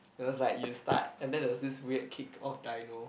it was like you start and then there was this weird kick off dino